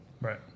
Right